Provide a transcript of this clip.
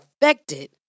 affected